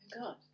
God